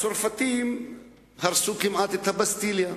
הצרפתים כמעט הרסו את הבסטיליה.